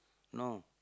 no